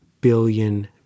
billion